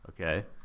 Okay